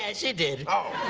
and she did. oh.